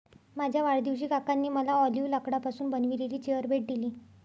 माझ्या वाढदिवशी काकांनी मला ऑलिव्ह लाकडापासून बनविलेली चेअर भेट दिली